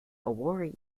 awori